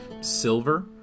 silver